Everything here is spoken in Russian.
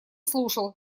слушал